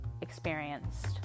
experienced